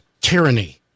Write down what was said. tyranny